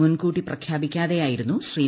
മുൻകൂട്ടി പ്രഖ്യാപിക്കാത്തെയായിരുന്നു ശ്രീ